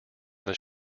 this